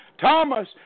Thomas